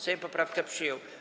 Sejm poprawkę przyjął.